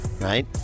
right